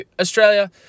Australia